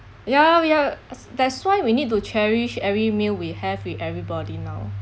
ya we are as that's why we need to cherish every meal we have with everybody now